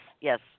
yes